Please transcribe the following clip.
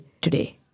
today